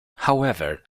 however